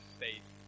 faith